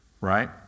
Right